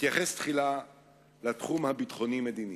אתייחס תחילה לתחום הביטחוני-מדיני.